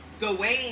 Gawain